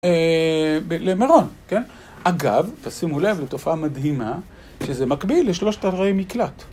למרון. אגב, תשימו לב, זו תופעה מדהימה שזה מקביל לשלושת ערי מקלט.